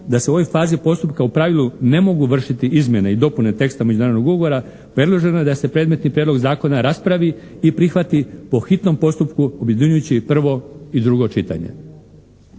da su ovoj fazi postupka u pravilu ne mogu vršiti izmjene i dopune teksta međunarodnog ugovora, predloženo je da se predmetni Prijedlog zakona raspravi i prihvati po hitnom postupku, objedinjujući i prvo i drugo čitanje.